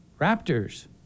raptors